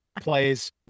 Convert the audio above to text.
plays